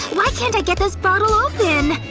why can't i get this bottle open?